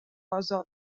ازاد